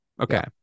Okay